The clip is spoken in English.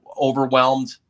overwhelmed